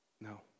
No